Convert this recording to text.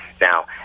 Now